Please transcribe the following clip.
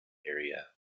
area